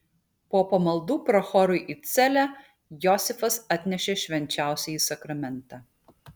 po pamaldų prochorui į celę josifas atnešė švenčiausiąjį sakramentą